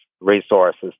resources